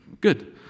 good